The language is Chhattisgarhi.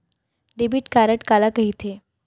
डेबिट कारड काला कहिथे?